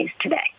today